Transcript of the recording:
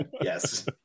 Yes